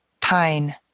Pine